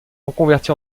reconverti